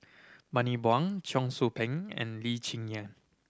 Bani Buang Cheong Soo Pieng and Lee Cheng Yan